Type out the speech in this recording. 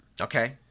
Okay